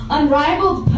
Unrivaled